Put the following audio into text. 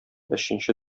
өченче